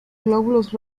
glóbulos